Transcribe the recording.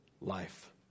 life